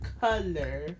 color